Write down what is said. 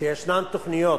שיש תוכניות